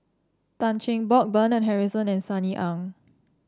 Tan Cheng Bock Bernard Harrison and Sunny Ang